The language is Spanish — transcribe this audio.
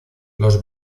los